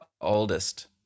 oldest